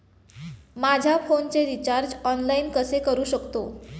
माझ्या फोनचे recharge online कसे करू शकतो?